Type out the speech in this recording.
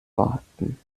worten